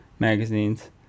Magazines